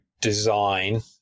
design